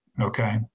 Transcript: Okay